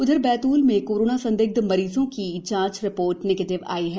उधर बैतूल में कोरोना संदिग्ध मरीजों की जांच रिपोर्ट निगेटिव आई है